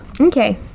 Okay